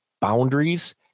boundaries